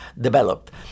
developed